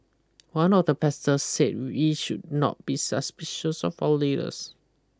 one of the pastors said we should not be suspicious of our leaders